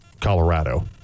Colorado